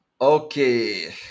okay